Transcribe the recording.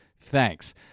Thanks